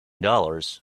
dollars